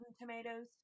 Tomatoes